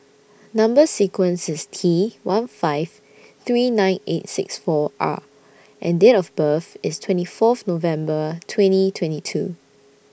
Number sequence IS T one five three nine eight six four R and Date of birth IS twenty Fourth November twenty twenty two